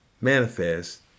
manifest